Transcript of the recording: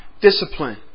discipline